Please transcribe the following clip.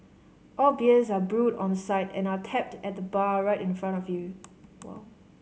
all beers are brewed on site and are tapped at the bar right in front of you